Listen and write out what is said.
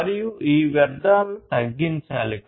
మరియు ఈ వ్యర్ధాలను తగ్గించాలి